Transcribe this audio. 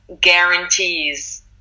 guarantees